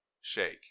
shake